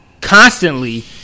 Constantly